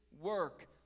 work